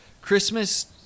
Christmas